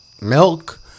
milk